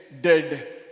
dead